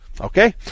Okay